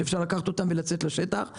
ואפשר לקחת אותם ולצאת לשטח.